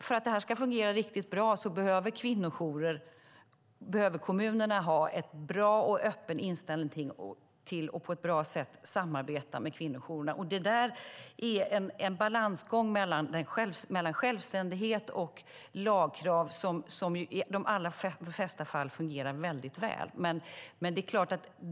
För att det ska fungera riktigt bra behöver kommunerna ha en öppen inställning till och ett bra samarbete med kvinnojourerna. Det är en balansgång mellan självständighet och lagkrav som i de allra flesta fall fungerar väl.